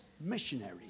missionary